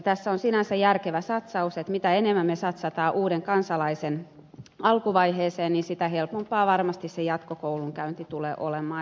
tässä on sinänsä järkevä satsaus että mitä enemmän me satsaamme uuden kansalaisen alkuvaiheeseen sitä helpompaa varmasti se jatkokoulunkäynti tulee olemaan